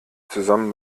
zusammen